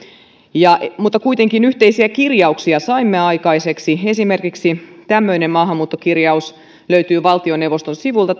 mutta kuitenkin yhteisiä kirjauksia saimme aikaiseksi esimerkiksi tämmöinen maahanmuuttokirjaus löytyy valtioneuvoston sivuilta